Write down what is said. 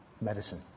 medicine